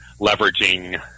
leveraging